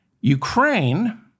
Ukraine